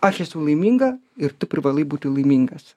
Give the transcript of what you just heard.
aš esu laiminga ir tu privalai būti laimingas